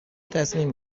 تصمیم